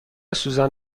سوزن